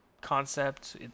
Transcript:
concept